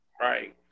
Right